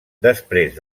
després